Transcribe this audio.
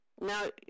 Now